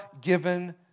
given